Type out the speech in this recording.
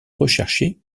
recherché